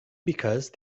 because